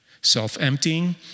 Self-emptying